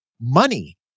money